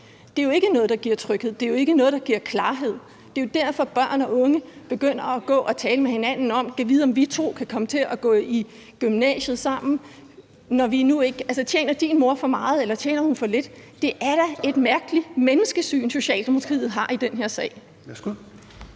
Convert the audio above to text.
Det er jo ikke noget, der giver tryghed. Det er jo ikke noget, der giver klarhed. Det er jo derfor, børn og unge begynder at gå og tale med hinanden om: Gad vide, om vi to kan komme til at gå i gymnasiet sammen. De spørger hinanden: Tjener din mor for meget, eller tjener hun for lidt? Det er da et mærkeligt menneskesyn, Socialdemokratiet har i den her sag.